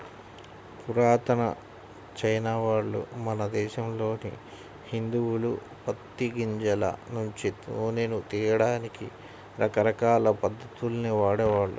పురాతన చైనావాళ్ళు, మన దేశంలోని హిందువులు పత్తి గింజల నుంచి నూనెను తియ్యడానికి రకరకాల పద్ధతుల్ని వాడేవాళ్ళు